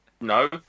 No